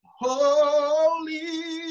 holy